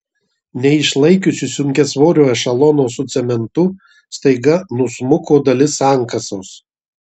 neišlaikiusi sunkiasvorio ešelono su cementu staiga nusmuko dalis sankasos